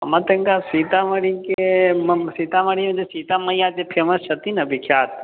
हमरा तनिका सीतामढ़ी के सीतामढ़ी मे जे सीता मैया जे फेमस छथिन ने विख्यात